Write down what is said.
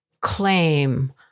claim